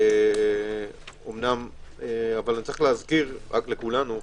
אבל יש להזכיר לכולנו,